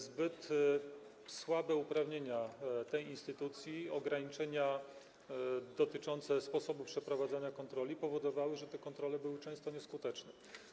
Zbyt słabe uprawnienia tej instytucji, ograniczenia dotyczące sposobu przeprowadzania kontroli powodowały, że te kontrole były często nieskuteczne.